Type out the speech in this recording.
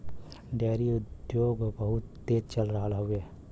dairy उद्योग बहुत तेज चल रहल हउवे